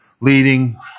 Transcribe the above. leading